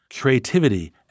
Creativity